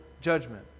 judgment